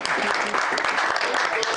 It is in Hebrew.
של חברי